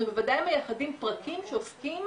אנחנו בוודאי מייחדים פרקים שעוסקים